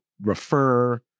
refer